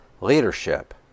leadership